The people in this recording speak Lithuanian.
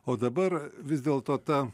o dabar vis dėl to ta